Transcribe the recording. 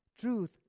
truth